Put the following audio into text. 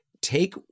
take